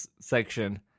section